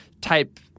type